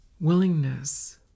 willingness